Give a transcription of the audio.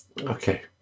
Okay